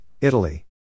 Italy